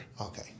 okay